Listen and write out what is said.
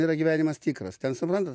yra gyvenimas tikras ten suprantat